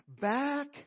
back